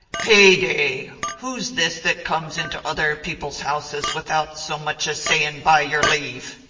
heyday! who's this that comes into other people's houses without so much as saying by your leave?